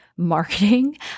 marketing